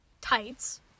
tights